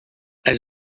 and